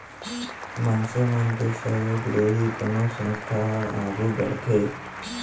मनसे मन के सहयोग ले ही कोनो संस्था ह आघू बड़थे